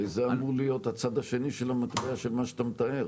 הרי זה אמור להיות הצד השני של המטבע של מה שאתה מתאר.